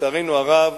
לצערנו הרב,